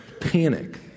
panic